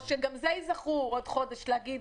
או שגם זה ייזכרו עוד חודש להגיד: